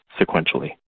sequentially